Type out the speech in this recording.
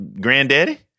Granddaddy